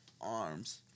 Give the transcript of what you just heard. arms